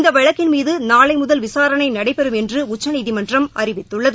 இந்த வழக்கின் மீது நாளை முதல் விசாரணை நடைபெறும் என்று உச்சநீதிமன்றம் அறிவித்தள்ளது